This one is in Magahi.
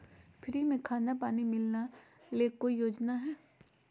फ्री में खाना पानी मिलना ले कोइ योजना हय?